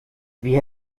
wir